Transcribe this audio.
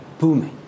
Booming